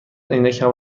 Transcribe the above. عینکم